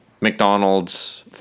McDonald's